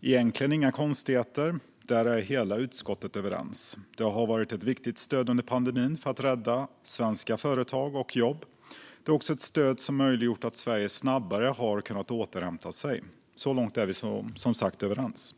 Egentligen är detta inga konstigheter. Hela utskottet är överens om det här. Det har varit ett viktigt stöd under pandemin för att rädda svenska jobb och företag. Stödet har också möjliggjort att Sverige snabbare har kunnat återhämta sig. Så långt är vi som sagt överens.